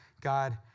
God